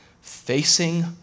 facing